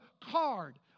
card